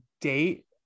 date